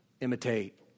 imitate